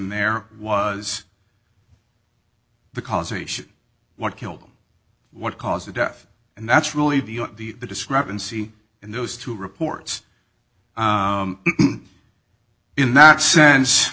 there was the causation what killed what caused the death and that's really the discrepancy in those two reports in that sense